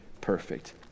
perfect